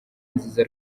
nziza